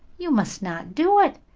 you must not do it.